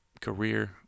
career